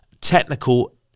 technical